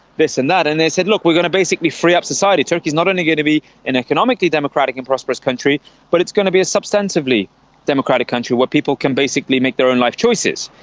this and and they said, look, we're going to basically free up society. turkey is not only going to be an economically democratic and prosperous country but it's going to be a substantively democratic country where people can basically make their own life choices.